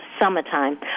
summertime